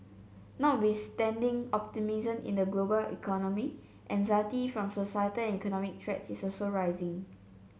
notwithstanding optimism in the global economy anxiety from societal and economic threats is also rising